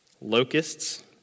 locusts